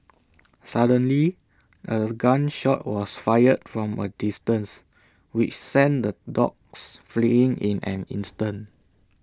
suddenly A gun shot was fired from A distance which sent the dogs fleeing in an instant